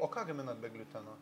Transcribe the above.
o ką gaminat be gliuteno